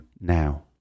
now